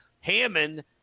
Hammond